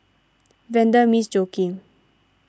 Vanda Miss Joaquim